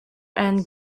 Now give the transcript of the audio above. and